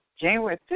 January